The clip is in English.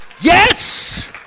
Yes